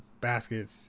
baskets